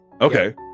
okay